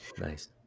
Nice